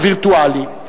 וירטואלי,